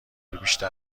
بیشتر